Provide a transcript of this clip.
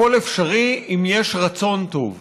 הכול אפשרי אם יש רצון טוב.